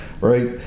right